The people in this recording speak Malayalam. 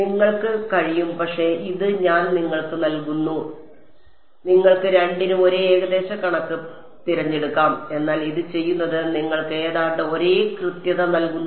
നിങ്ങൾക്ക് കഴിയും പക്ഷേ ഇത് ഞാൻ നിങ്ങൾക്ക് നൽകുന്നു നിങ്ങൾക്ക് രണ്ടിനും ഒരേ ഏകദേശ കണക്ക് തിരഞ്ഞെടുക്കാം എന്നാൽ ഇത് ചെയ്യുന്നത് നിങ്ങൾക്ക് ഏതാണ്ട് ഒരേ കൃത്യത നൽകുന്നു